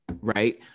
right